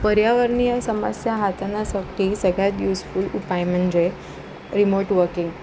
पर्यावरणीय समस्या हाताळण्यासाठी सगळ्यात यूजफूल उपाय म्हणजे रिमोट वर्किंग